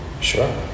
Sure